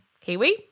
Kiwi